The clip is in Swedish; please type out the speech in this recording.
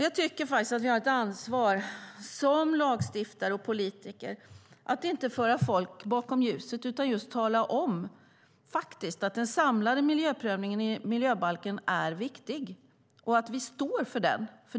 Jag tycker att vi har ett ansvar som lagstiftare och politiker att inte föra folk bakom ljuset utan just tala om att den samlade miljöprövningen enligt miljöbalken är viktig och att vi står för den.